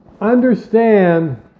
understand